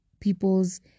people's